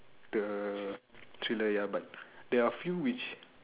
the true ya but there are few which the